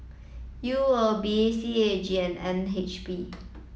U O B C A G and N H B